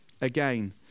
again